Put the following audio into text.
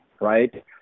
right